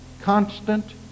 constant